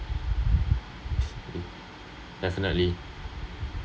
ya definitely